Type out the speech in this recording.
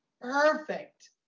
perfect